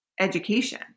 education